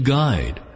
guide